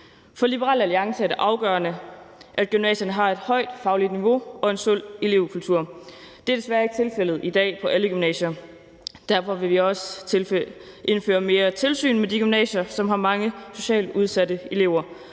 For Liberal Alliance er det afgørende, at gymnasierne har et højt fagligt niveau og en sund elevkultur. Det er desværre ikke tilfældet på alle gymnasier i dag. Derfor vil vi også indføre mere tilsyn med de gymnasier, som har mange socialt udsatte elever,